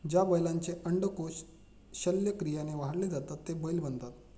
ज्या बैलांचे अंडकोष शल्यक्रियाने काढले जातात ते बैल बनतात